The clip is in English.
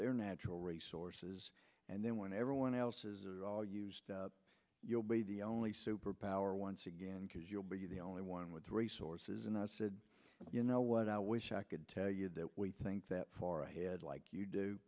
their natural resources and then when everyone else is are all used up you'll be the only superpower once again because you'll be the only one with the resources and i said you know what i wish i could tell you that we think that far ahead like you do